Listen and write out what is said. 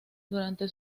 durante